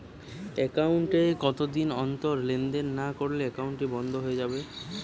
Account এ কতদিন অন্তর লেনদেন না করলে একাউন্টটি কি বন্ধ হয়ে যাবে?